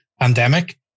pandemic